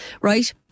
Right